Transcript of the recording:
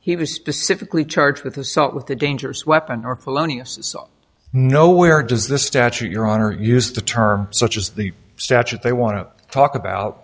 he was specifically charged with assault with a dangerous weapon or polonius nowhere does the statute your honor use the term such as the statute they want to talk about